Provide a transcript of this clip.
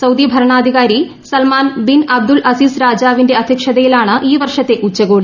Saudi ഭരണാധികാരി Salman bin Abdul Aziz രാജാവിന്റെ അധ്യക്ഷതയിലാണ് ഈ വർഷത്തെ ഉച്ചകോടി